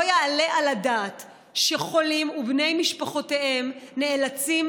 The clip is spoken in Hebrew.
לא יעלה על הדעת שחולים ובני משפחותיהם נאלצים